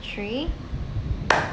three